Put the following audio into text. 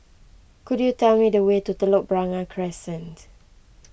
could you tell me the way to Telok Blangah Crescent